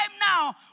now